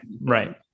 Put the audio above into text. right